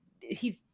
he's-